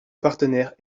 partenaire